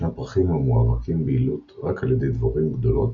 ישנם פרחים המואבקים ביעילות רק על ידי דבורים גדולות,